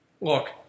Look